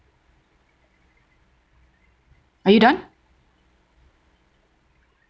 are you done